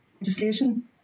legislation